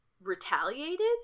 retaliated